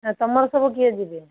ଆଉ ତୁମର ସବୁ କିଏ ଯିବେ